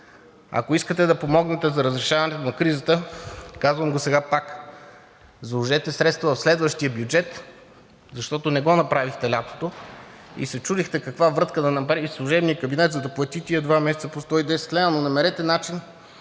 Ако искате да помогнете за разрешаването на кризата, казвам го сега пак, заложете средства в следващия бюджет, защото не го направихте лятото и се чудехте каква врътка да направи служебният кабинет, за да плати тези два месеца по 110 лв. Намерете начин